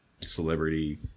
celebrity